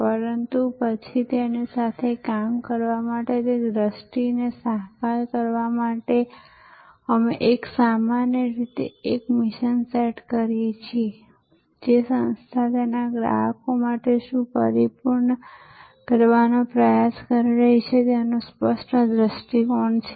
પરંતુ પછી તેની સાથે કામ કરવા માટે તે દ્રષ્ટિને સાકાર કરવા માટે અમે સામાન્ય રીતે એક મિશન સેટ કરીએ છીએ જે સંસ્થા તેના ગ્રાહકો માટે શું પરિપૂર્ણ કરવાનો પ્રયાસ કરી રહી છે તેનો સ્પષ્ટ દૃષ્ટિકોણ છે